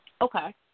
Okay